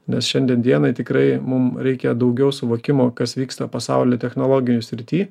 nes šiandien dienai tikrai mum reikia daugiau suvokimo kas vyksta pasauly technologijų srity